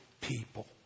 people